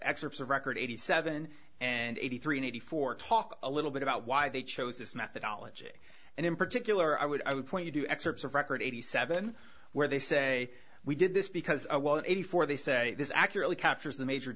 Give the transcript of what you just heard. excerpts of record eighty seven and eighty three ninety four talk a little bit about why they chose this methodology and in particular i would i would point you to excerpts of record eighty seven where they say we did this because well in eighty four they say this accurately captures the major